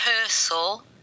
rehearsal